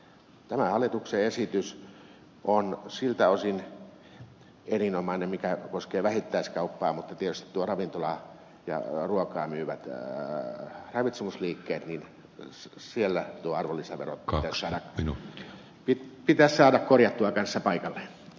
tämä hallituksen esitys on erinomainen siltä osin mikä koskee vähittäiskauppaa mutta tietysti ravintoloilla ja ruokaa myyvillä ravitsemusliikkeillä arvonlisävero pitäisi saada korjattua kanssa paikalleen